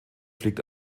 fliegt